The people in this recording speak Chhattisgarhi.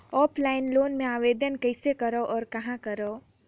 ऑफलाइन लोन आवेदन कइसे करो और कहाँ करो?